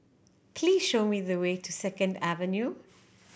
please show me the way to Second Avenue